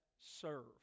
Serve